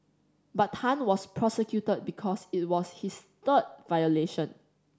but Tan was prosecuted because it was his third violation